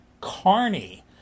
Carney